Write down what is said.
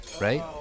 right